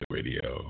Radio